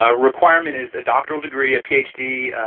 ah requirement is a doctoral degree, a ph d,